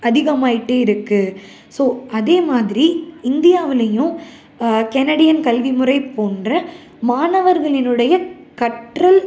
அதிகமாகிட்டே இருக்கு ஸோ அதேமாதிரி இந்தியாவுலேயும் கெனடியன் கல்விமுறை போன்ற மாணவர்களினுடைய கற்றல்